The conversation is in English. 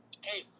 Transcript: Hey